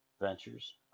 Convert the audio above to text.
ventures